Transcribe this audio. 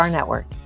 Network